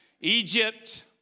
Egypt